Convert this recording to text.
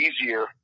easier